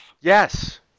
yes